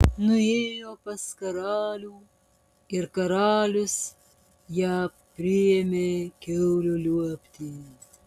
nuėjo pas karalių ir karalius ją priėmė kiaulių liuobti